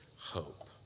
hope